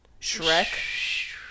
Shrek